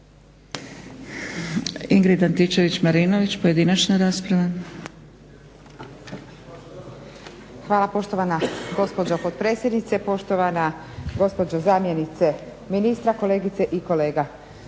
**Antičević Marinović, Ingrid (SDP)** Hvala poštovana gospođo potpredsjednice, poštovana gospođo zamjenice ministra, kolegice i kolege.